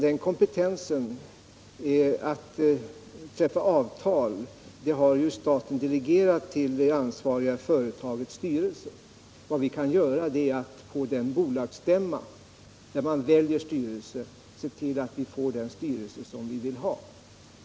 Kompetensen att träffa avtal har staten delegerat till det ansvariga företagets styrelse. Vad vi kan göra är att på den bolagsstämma där vi väljer styrelse se till att vi får den styrelse vi vill ha.